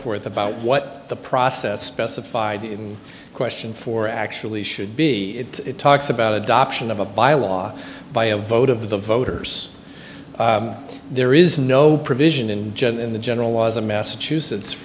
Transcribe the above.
forth about what the process specified in question for actually should be it talks about adoption of a bylaw by a vote of the voters there is no provision in the general was in massachusetts